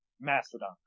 mastodon